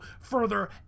further